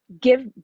give